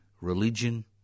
religion